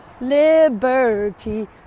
Liberty